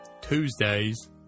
Tuesdays